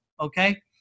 Okay